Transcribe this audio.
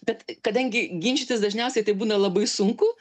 bet kadangi ginčytis dažniausiai tai būna labai sunku